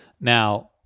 now